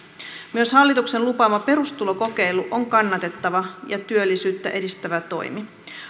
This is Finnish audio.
myös hallituksen lupaava perustulokokeilu on kannatettava ja työllisyyttä edistävä toimi